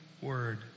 word